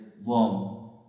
Warm